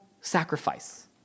sacrifice